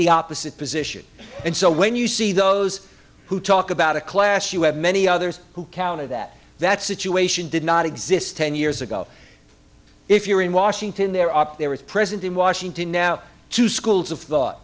the opposite position and so when you see those who talk about a class you have many others who counted that that situation did not exist ten years ago if you were in washington they're up there is present in washington now two schools of thought